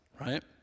right